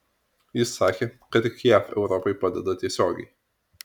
jis sakė kad tik jav europai padeda tiesiogiai